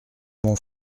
mon